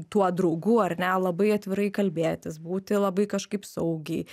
tuo draugu ar ne labai atvirai kalbėtis būti labai kažkaip saugiai